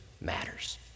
matters